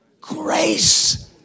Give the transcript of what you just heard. grace